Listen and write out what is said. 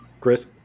Chris